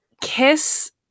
Kiss